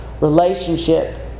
relationship